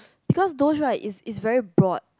because those right it's it's very broad